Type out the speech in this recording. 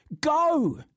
go